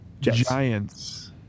Giants